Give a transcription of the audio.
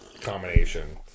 combination